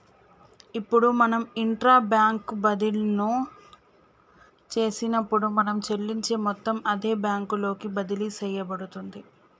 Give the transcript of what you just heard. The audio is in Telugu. ఇప్పుడు మనం ఇంట్రా బ్యాంక్ బదిన్లో చేసినప్పుడు మనం చెల్లించే మొత్తం అదే బ్యాంకు లోకి బదిలి సేయబడుతుంది